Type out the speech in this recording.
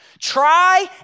try